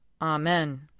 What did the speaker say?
Amen